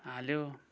हाल्यो